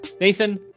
Nathan